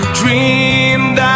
dreamed